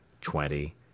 twenty